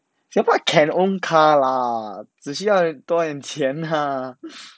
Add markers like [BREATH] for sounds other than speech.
singapore can own car lah 只需要多一点钱啦 [BREATH]